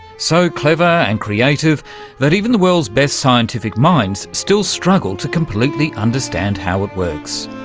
so clever and creative that even the world's best scientific minds still struggle to completely understand how it works.